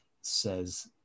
says